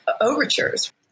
overtures